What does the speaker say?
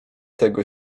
tego